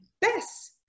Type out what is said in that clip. best